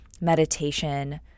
meditation